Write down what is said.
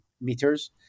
meters